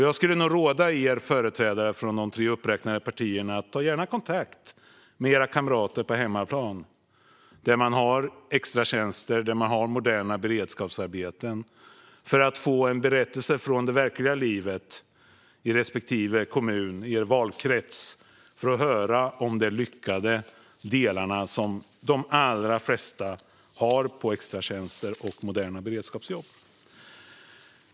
Jag skulle råda företrädarna från de tre uppräknade partierna att ta kontakt med era kamrater på hemmaplan, där det finns extratjänster och moderna beredskapsarbeten, för att få en berättelse från det verkliga livet i era valkretsar. Då får ni höra om flera lyckade exempel på extratjänster och moderna beredskapsjobb.